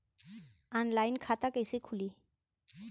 Online खाता कइसे खुली?